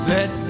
Let